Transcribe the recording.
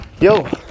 Yo